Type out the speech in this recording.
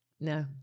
no